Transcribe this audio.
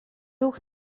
ruch